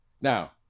Now